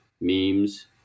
memes